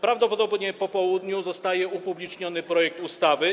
Prawdopodobnie po południu zostaje upubliczniony projekt ustawy.